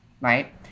right